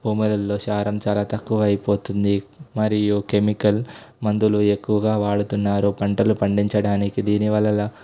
పొమరల్లో సారం చాలా తక్కువ అయిపోతోంది మరియు కెమికల్ మందులు ఎక్కువగా వాడుతున్నారు పంటలు పండించడానికి దీని వలన